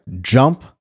jump